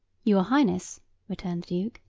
your highness returned the duke,